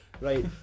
right